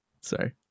Sorry